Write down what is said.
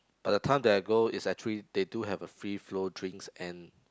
but the time that I go is actually they do have a free flow drinks and